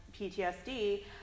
PTSD